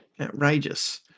Outrageous